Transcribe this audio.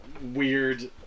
weird